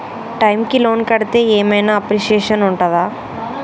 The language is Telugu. టైమ్ కి లోన్ కడ్తే ఏం ఐనా అప్రిషియేషన్ ఉంటదా?